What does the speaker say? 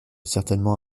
certainement